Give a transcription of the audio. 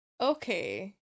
Okay